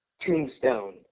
tombstone